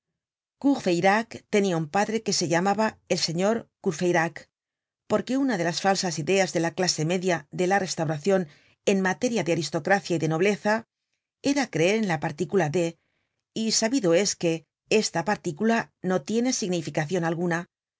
pañuelo courfeyrac tenia un padre que se llamaba el señor de courfeyrac porque una de las falsas ideas de la clase media de la restauracion en materia de aristocracia y de nobleza era creer en la partícula de y sabido es que esta partícula no tiene significacion alguna